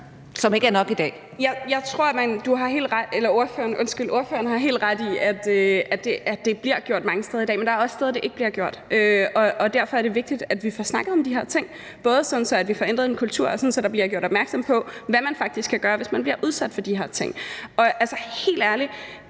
Kl. 10:31 Astrid Carøe (SF): Jeg tror, at ordføreren har helt ret i, at det bliver gjort mange steder i dag, men der er også steder, det ikke bliver gjort. Og derfor er det vigtigt, at vi får snakket om de her ting – både sådan at der sker en ændring af kulturen, og sådan at der bliver gjort opmærksom på, hvad man faktisk kan gøre, hvis man bliver udsat for de her ting. Altså, helt ærligt,